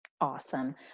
Awesome